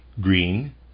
Green